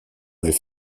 avait